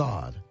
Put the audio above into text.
God